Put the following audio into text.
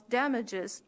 damages